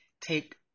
take